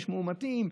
יש מאומתים,